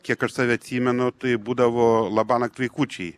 kiek aš save atsimenu tai būdavo labanakt vaikučiai